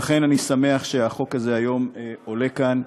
לכן אני שמח שהחוק הזה היום עולה כאן,